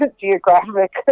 geographic